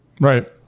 Right